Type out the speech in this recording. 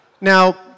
Now